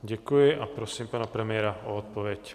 Děkuji a prosím pana premiéra o odpověď.